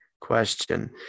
question